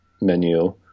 menu